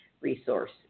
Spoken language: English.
Resource